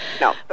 No